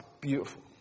beautiful